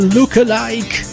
Lookalike